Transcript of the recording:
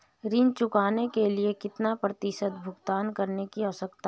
ऋण चुकाने के लिए कितना प्रतिशत भुगतान करने की आवश्यकता है?